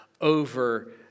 over